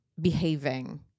behaving